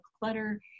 clutter